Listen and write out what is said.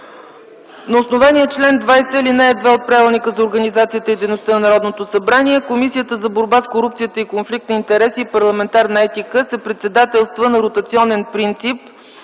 На основание чл. 20, ал. 2 от Правилника за организацията и дейността на Народното събрание Комисията за борба с корупцията и конфликт на интереси и парламентарна етика се председателства на ротационен принцип